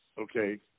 Okay